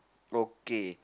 okay